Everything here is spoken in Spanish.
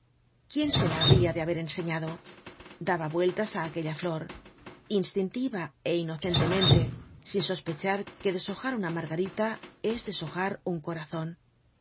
quién se la habria de haber enseñado daba vueltas á aquella flor instintiva é inocentemente sin sospechar que deshojar una margarita es deshojar un corazon